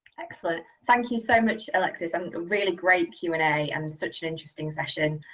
excellent, thank you so much alexis, um a really great q and a and such an interesting session.